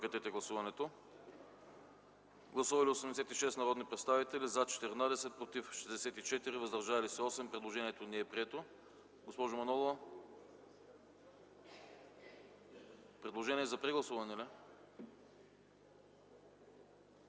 ни. Моля, гласувайте. Гласували 86 народни представители: за 14, против 64, въздържали се 8. Предложението не е прието. Госпожа Манолова – предложение за прегласуване. МАЯ